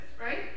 right